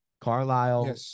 Carlisle